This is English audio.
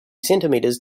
centimeters